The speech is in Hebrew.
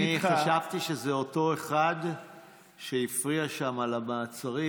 אני חשבתי שזה אותו אחד שהפריע שם למעצרים,